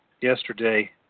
yesterday